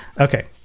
Okay